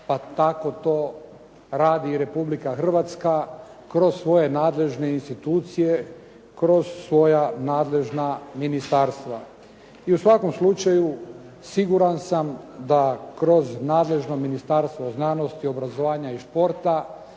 pa tako to radi i Republika Hrvatska kroz svoje nadležne institucije, kroz svoja nadležna ministarstva. I u svakom slučaju siguran sam da kroz nadležno Ministarstvo znanosti, obrazovanja i športa